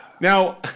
Now